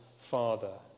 father